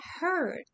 heard